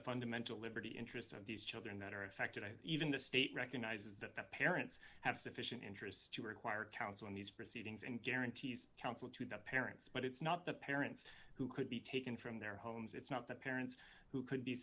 a fundamental liberty interest of these children that are affected i even the state recognizes that the parents have sufficient interest to require counsel in these proceedings and guarantees counsel to the parents but it's not the parents who could be taken from their homes it's not the parents who could be